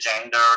gender